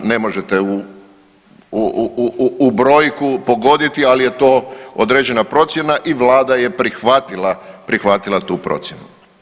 Ne možete u brojku pogoditi, ali je to određena procjena i Vlada je prihvatila tu procjenu.